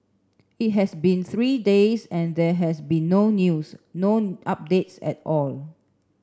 it has been three days and there has been no news no updates at all